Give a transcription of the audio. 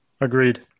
Agreed